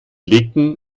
legten